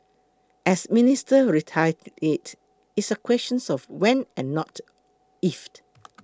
as Minister reiterated it's a questions of when and not if